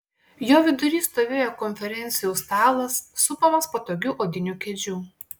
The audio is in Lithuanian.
jo vidury stovėjo konferencijų stalas supamas patogių odinių kėdžių